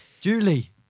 Julie